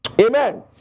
Amen